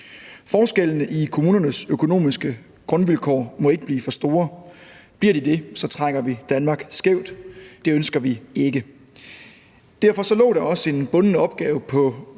Forskellene i kommunernes økonomiske grundvilkår må ikke blive for store. Bliver de det, trækker vi Danmark skævt, og det ønsker vi ikke. Derfor lå der også en bunden opgave på